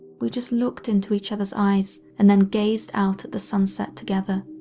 we just looked into each other's eyes, and then gazed out at the sunset together.